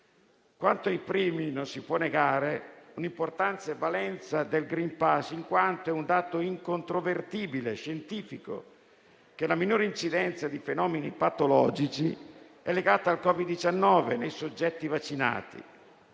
Quanto ai primi non si può negare un'importante valenza del *green* *pass* in quanto è un dato incontrovertibile e scientifico la minore incidenza di fenomeni patologici legata al Covid-19 nei soggetti vaccinati.